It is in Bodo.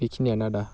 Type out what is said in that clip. बेखिनियानो आदा